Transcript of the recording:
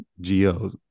Geo